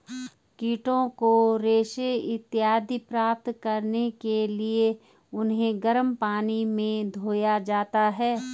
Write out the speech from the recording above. कीटों से रेशा इत्यादि प्राप्त करने के लिए उन्हें गर्म पानी में धोया जाता है